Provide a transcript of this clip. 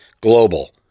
global